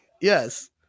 Yes